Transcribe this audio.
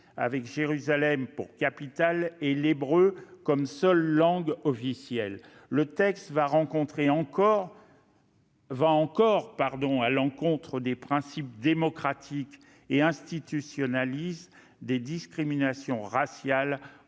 avec Jérusalem pour capitale et l'hébreu comme seule langue officielle. Le texte va à l'encontre des principes démocratiques et institutionnalise des discriminations raciales